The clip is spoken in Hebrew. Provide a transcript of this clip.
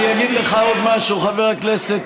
נו, באמת.